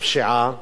הפשיעה